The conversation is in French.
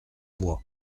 bois